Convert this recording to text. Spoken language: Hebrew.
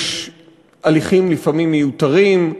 יש לפעמים הליכים מיותרים,